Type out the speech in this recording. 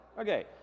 Okay